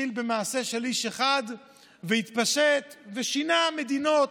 התחיל במעשה של איש אחד והתפשט ושינה מדינות.